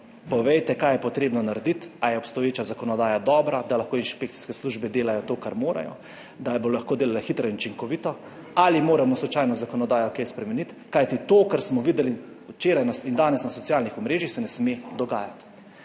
povejte kaj je potrebno narediti. Ali je obstoječa zakonodaja dobra, da lahko inšpekcijske službe delajo to kar morajo, da bo lahko delala hitro in učinkovito? Ali moramo slučajno zakonodajo kaj spremeniti, kajti to kar smo videli včeraj in danes na socialnih omrežjih, se ne sme dogajati.